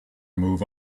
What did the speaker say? move